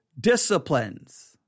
disciplines